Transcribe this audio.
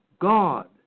God